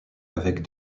avec